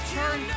turn